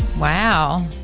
Wow